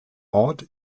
ort